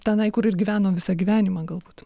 tenai kur ir gyveno visą gyvenimą galbūt